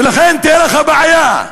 ולכן תהיה לך בעיה.